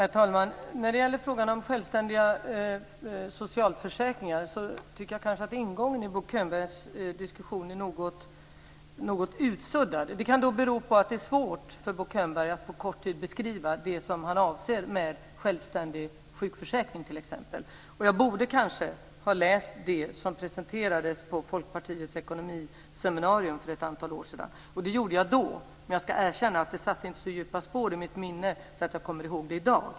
Herr talman! När det gäller frågan om självständiga socialförsäkringar tycker jag att ingången i Bo Könbergs diskussion är något utsuddad. Det kan bero på att det är svårt för Bo Könberg att på kort tid beskriva det som han avser med t.ex. självständiga sjukförsäkringar. Jag borde kanske ha läst det som presenterades på Folkpartiets ekonomiseminarium för ett antal år sedan. Det gjorde jag då, men jag ska erkänna att det inte satte så djupa spår i mitt minne att jag kommer ihåg det i dag.